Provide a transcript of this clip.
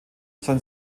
sein